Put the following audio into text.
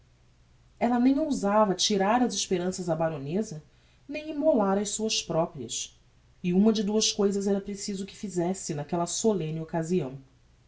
ella nem ousava tirar as esperanças á baroneza nem immolar as suas proprias e uma de duas cousas era preciso que fizesse naquella solemne occasião